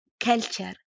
culture